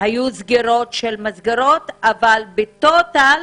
של מסגרות, אבל בטוטל,